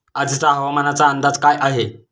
आजचा हवामानाचा अंदाज काय आहे?